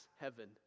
heaven